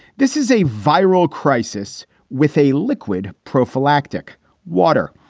this is a viral crisis with a liquid prophylactic water.